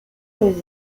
friend